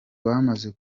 bamaze